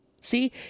See